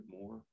more